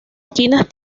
esquinas